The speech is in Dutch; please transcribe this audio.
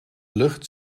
lucht